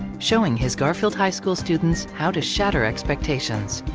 showing his garfield high school students how to shatter expectations.